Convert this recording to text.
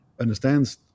understands